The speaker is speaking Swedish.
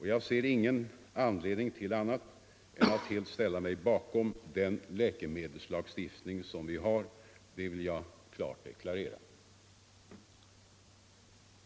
Jag ser ingen anledning till annat än att helt ställa mig bakom den läkemedelslagstiftning vi har. Det vill jag klart deklarera.